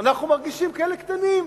אנחנו מרגישים כאלה קטנים,